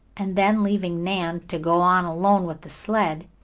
and then leaving nan to go on alone with the sled,